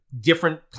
different